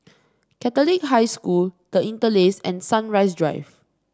Catholic High School The Interlace and Sunrise Drive